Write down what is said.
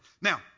Now